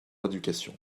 éducation